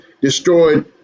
destroyed